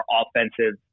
offensive